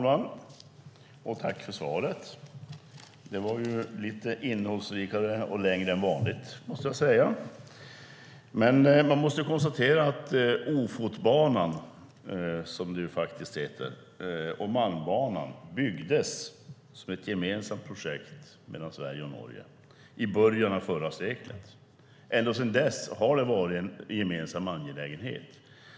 Herr talman! Tack för svaret! Det var lite innehållsrikare och längre än vanligt. Jag måste konstatera att Ofotbanan - som den faktiskt heter - och Malmbanan byggdes som ett gemensamt projekt mellan Sverige och Norge i början av förra seklet. Ända sedan dess har den varit en gemensam angelägenhet.